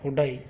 உடை